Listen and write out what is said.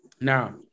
Now